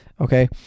okay